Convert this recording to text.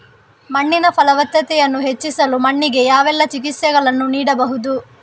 ಮಣ್ಣಿನ ಫಲವತ್ತತೆಯನ್ನು ಹೆಚ್ಚಿಸಲು ಮಣ್ಣಿಗೆ ಯಾವೆಲ್ಲಾ ಚಿಕಿತ್ಸೆಗಳನ್ನು ನೀಡಬಹುದು?